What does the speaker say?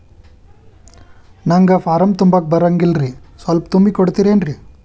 ನಂಗ ಫಾರಂ ತುಂಬಾಕ ಬರಂಗಿಲ್ರಿ ಸ್ವಲ್ಪ ತುಂಬಿ ಕೊಡ್ತಿರೇನ್ರಿ?